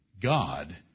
God